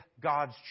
god's